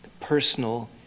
personal